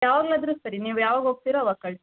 ಯಾವಾಗ್ಲಾದರೂ ಸರಿ ನೀವು ಯಾವಾಗ ಹೋಗ್ತಿರೊ ಅವಾಗ ಕಳಿಸಿ